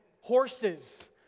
horses